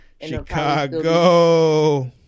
Chicago